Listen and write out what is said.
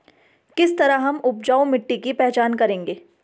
किस तरह हम उपजाऊ मिट्टी की पहचान करेंगे?